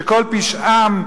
שכל פשעם,